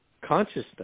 consciousness